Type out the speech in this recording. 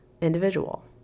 individual